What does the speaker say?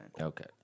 Okay